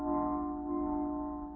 oh